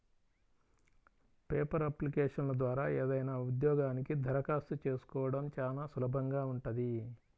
paper అప్లికేషన్ల ద్వారా ఏదైనా ఉద్యోగానికి దరఖాస్తు చేసుకోడం చానా సులభంగా ఉంటది